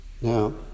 Now